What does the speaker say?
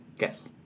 Yes